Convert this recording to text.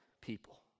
people